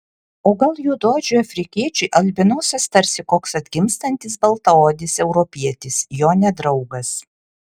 o gal juodaodžiui afrikiečiui albinosas tarsi koks atgimstantis baltaodis europietis jo nedraugas